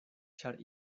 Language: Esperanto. ĉar